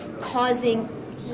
causing